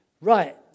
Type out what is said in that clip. right